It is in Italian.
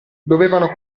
dovevano